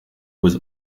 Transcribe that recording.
was